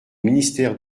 ministère